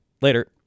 Later